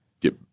get